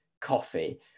coffee